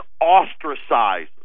ostracize